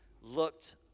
looked